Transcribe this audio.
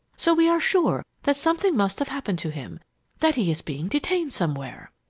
so we are sure that something must have happened to him that he is being detained somewhere.